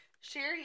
Sherry